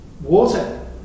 water